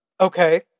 Okay